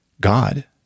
God